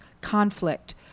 conflict